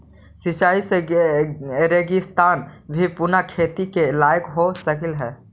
सिंचाई से रेगिस्तान भी पुनः खेती के लायक हो सकऽ हइ